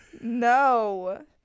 No